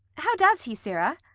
how does he, sirrah?